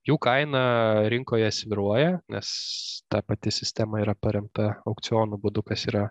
jų kaina rinkoje svyruoja nes ta pati sistema yra paremta aukcionų būdu kas yra